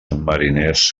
mariners